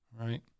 right